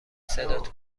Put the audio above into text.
صدات